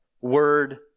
word